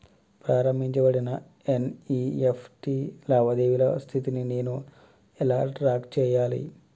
ప్రారంభించబడిన ఎన్.ఇ.ఎఫ్.టి లావాదేవీల స్థితిని నేను ఎలా ట్రాక్ చేయాలి?